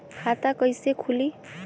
खाता कइसे खुली?